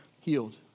healed